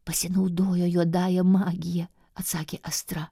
pasinaudojo juodąja magija atsakė astra